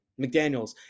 McDaniels